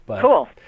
Cool